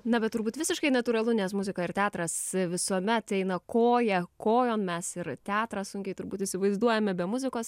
na bet turbūt visiškai natūralu nes muzika ir teatras visuomet eina koja kojon mes ir teatrą sunkiai turbūt įsivaizduojame be muzikos